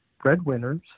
breadwinners